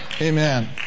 Amen